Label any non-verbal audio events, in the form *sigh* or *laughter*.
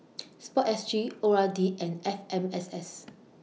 *noise* Sport S G O R D and F M S S